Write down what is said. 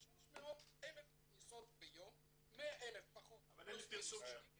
יש 300,000 כניסות ביום --- אבל אין לי פרסום שם.